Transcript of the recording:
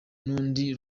n’urundi